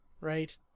right